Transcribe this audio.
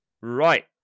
Right